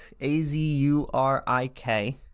A-Z-U-R-I-K